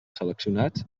seleccionats